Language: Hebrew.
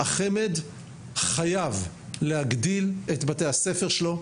החמ"ד חייב להגדיל את בתי הספר שלו,